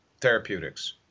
therapeutics